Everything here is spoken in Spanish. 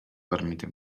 permite